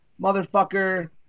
Motherfucker